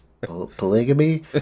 polygamy